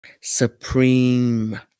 supreme